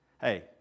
hey